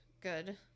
good